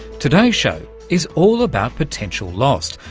today's show is all about potential lost,